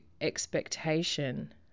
expectation